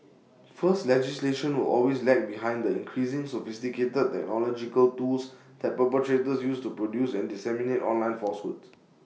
first legislation will always lag behind the increasingly sophisticated technological tools that perpetrators use to produce and disseminate online falsehoods